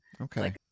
Okay